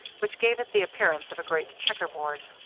which gave it the appearance of a great checker-board.